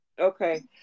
Okay